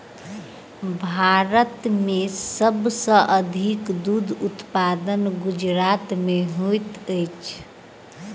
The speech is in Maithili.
भारत में सब सॅ अधिक दूध उत्पादन गुजरात में होइत अछि